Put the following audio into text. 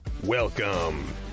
Welcome